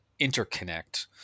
interconnect